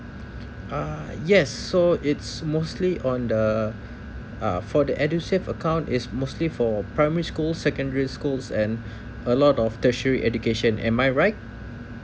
uh yes so it's mostly on the uh for the edusave account is mostly for primary school secondary schools and a lot of tertiary education am I right